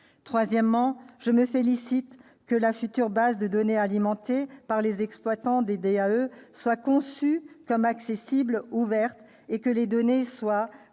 Par ailleurs, je me félicite de ce que la future base de données alimentée par les exploitants des DAE soit conçue comme accessible, ouverte et que les données soient